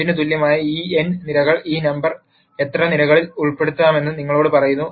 2 ന് തുല്യമായ ഈ n നിരകൾ ഈ നമ്പർ എത്ര നിരകളിൽ ഉൾപ്പെടുത്തണമെന്ന് നിങ്ങളോട് പറയുന്നു